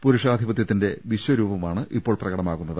പുരുഷാധിപത്യത്തിന്റെ വിശ്വരൂപമാണ് ഇപ്പോൾ പ്രകടമാകുന്നത്